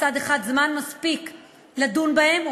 מצד אחד זמן מספיק לדון בהן,